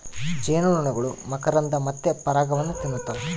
ಜೇನುನೊಣಗಳು ಮಕರಂದ ಮತ್ತೆ ಪರಾಗವನ್ನ ತಿನ್ನುತ್ತವ